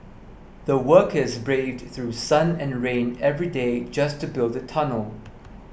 the workers braved through sun and rain every day just to build the tunnel